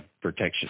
protection